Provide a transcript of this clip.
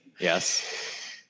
Yes